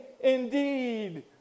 indeed